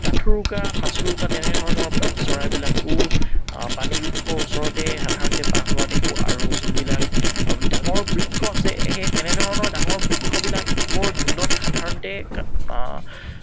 কাঠোৰোকা মাছোৰোকা তেনেধৰণৰ চৰাইবিলাকো পানীৰ উৎসৰ ওচৰতে সাধাৰণতে বাঁহ লোৱা দেখোঁ আৰু যোনবিলাক ডাঙৰ বৃক্ষ আছে সেই তেনেধৰণৰ ডাঙৰ বৃক্ষবিলাকৰ ধোন্দত সাধাৰণতে